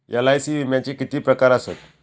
LIC विम्याचे किती प्रकार आसत?